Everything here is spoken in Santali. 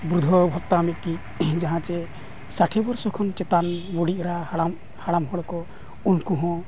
ᱵᱤᱫᱷᱚᱵᱟ ᱵᱷᱟᱛᱟ ᱢᱤᱫᱴᱤᱡ ᱡᱟᱦᱟᱸ ᱪᱮ ᱥᱟᱴᱷᱮ ᱵᱚᱪᱷᱚᱨ ᱠᱷᱚᱱ ᱪᱮᱛᱟᱱ ᱵᱩᱰᱷᱤ ᱮᱨᱟ ᱦᱟᱲᱟᱢ ᱦᱚᱲ ᱠᱚ ᱩᱱᱠᱩ ᱦᱚᱸ